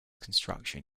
construction